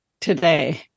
today